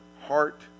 heart